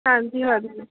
ਹਾਂਜੀ ਹਾਂਜੀ